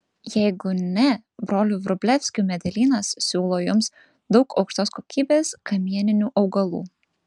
jeigu ne brolių vrublevskių medelynas siūlo jums daug aukštos kokybės kamieninių augalų